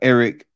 Eric